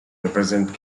represent